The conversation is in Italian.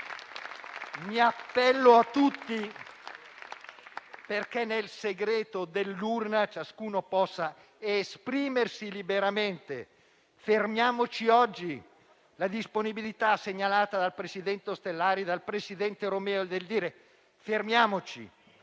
Mi appello a tutti perché nel segreto dell'urna ciascuno possa esprimersi liberamente. Fermiamoci oggi. La disponibilità segnalata dal presidente Ostellari e dal presidente Romeo nel dire «fermiamoci»